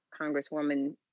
Congresswoman